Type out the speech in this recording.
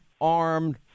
armed